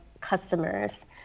customers